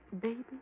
baby